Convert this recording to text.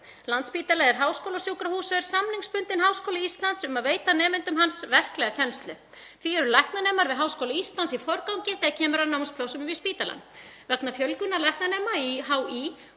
Landspítali er háskólasjúkrahús og er samningsbundinn Háskóla Íslands um að veita nemendum hans verklega kennslu. Því eru læknanemar við Háskóla Íslands í forgangi þegar kemur að námsplássum við spítalann. Vegna fjölgunar læknanema í HÍ